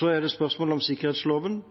Så til spørsmålet om sikkerhetsloven: Jeg, som helse- og omsorgsminister, bestemte at helseregionene skal omfattes av sikkerhetsloven – de omfattes selvfølgelig også av den nye sikkerhetsloven.